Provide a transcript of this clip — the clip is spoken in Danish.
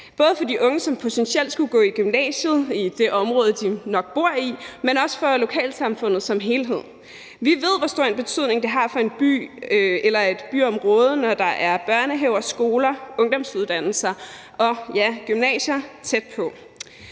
både de unge, som potentielt skulle gå i gymnasiet i det område, de jo nok bor i, men også for lokalsamfundet som helhed? Vi ved, hvor stor en betydning det har for en by eller et byområde, når der er børnehaver, skoler, ungdomsuddannelser og, ja, gymnasier tæt på.